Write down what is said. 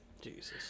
Jesus